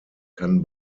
kann